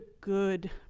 good